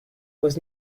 was